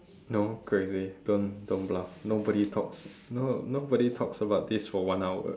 no crazy don't don't bluff nobody talks no nobody talks about this for one hour